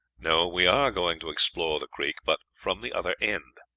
no we are going to explore the creek, but from the other end.